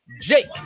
Jake